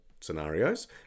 scenarios